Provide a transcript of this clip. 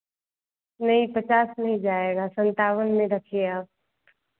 नहीं पचास नहीं जाएगा संतावन में रखिए आप